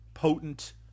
Potent